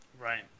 Right